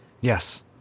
Yes